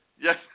Yes